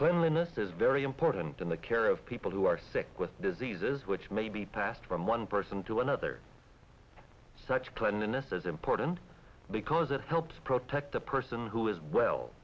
cleanliness is very important in the care of people who are sick with diseases which may be passed from one person to another such twenty minutes as important because it helps protect the person who is well